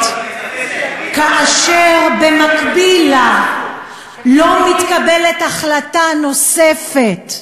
מתקבלת ובמקביל לה לא מתקבלת החלטה נוספת,